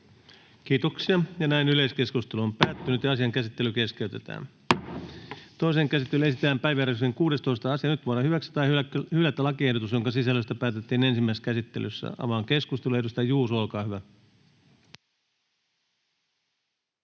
laiksi terveydensuojelulain muuttamisesta Time: N/A Content: Toiseen käsittelyyn esitellään päiväjärjestyksen 16. asia. Nyt voidaan hyväksyä tai hylätä lakiehdotus, jonka sisällöstä päätettiin ensimmäisessä käsittelyssä. — Avaan keskustelun. Edustaja Juuso, olkaa hyvä.